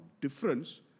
difference